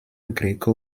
gréco